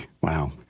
Wow